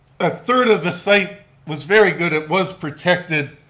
a third of the site was very good, it was protected,